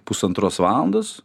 pusantros valandos